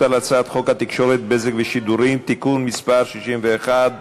על הצעת חוק התקשורת (בזק ושידורים) (תיקון מס' 61)